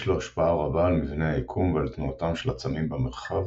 יש לו השפעה רבה על מבנה היקום ועל תנועתם של עצמים במרחב